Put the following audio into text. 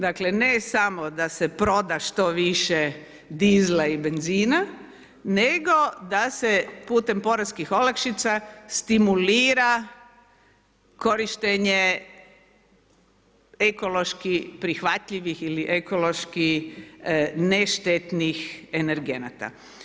Dakle, ne samo da se proda što više dizela i benzina nego da se putem poreskih olakšica stimulira korištenje ekološki prihvatljivih ili ekološki ne štetnih energenata.